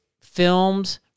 filmed